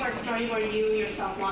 story where you, yourself,